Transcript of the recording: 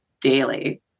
daily